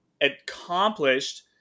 accomplished